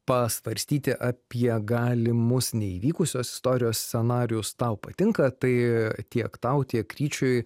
pasvarstyti apie galimus neįvykusios istorijos scenarijus tau patinka tai tiek tau tiek ryčiui